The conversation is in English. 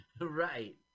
right